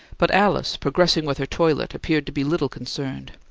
but alice, progressing with her toilet, appeared to be little concerned.